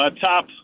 Top